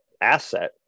asset